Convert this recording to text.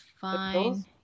fine